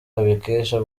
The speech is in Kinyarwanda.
abikesha